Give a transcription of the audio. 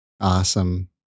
Awesome